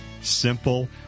simple